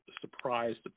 surprised